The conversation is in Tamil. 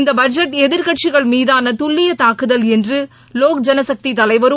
இந்த பட்ஜெட் எதிர்க்கட்சிகள் மீதான துல்லிய தாக்குதல் என்று லோக் ஜனசக்தி தலைவரும்